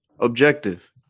objective